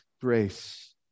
grace